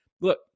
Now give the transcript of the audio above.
look